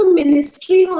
ministry